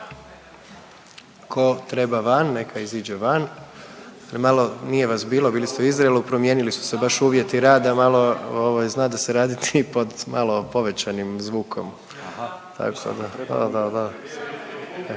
Ko treba van neka iziđe van, malo nije vas bilo, bili ste u Izraelu, promijenili su se baš uvjeti rada malo ovaj znade se raditi i pod malo povećanim zvukom./… Aha. …/Tako da, da, da,